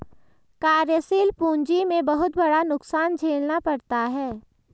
कार्यशील पूंजी में बहुत बड़ा नुकसान झेलना पड़ता है